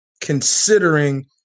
considering